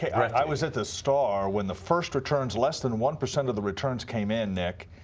i was at the star when the first returns, less than one percent of the returns came in, nick,